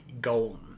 golden